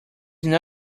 not